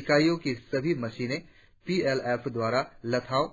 इकाइयों की सभी मशीनें पी एल एफ द्वारा लताओं